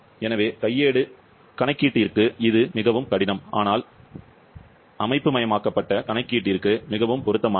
எனவே கையேடு கணக்கீட்டிற்கு இது மிகவும் கடினம் ஆனால் கணினிமயமாக்கப்பட்ட கணக்கீட்டிற்கு மிகவும் பொருத்தமானது